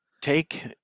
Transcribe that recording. take